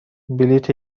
بلیط